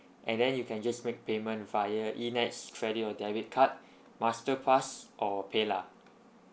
and then you can just make payment via E NETs credit or debit card master card or PayLah